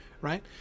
Right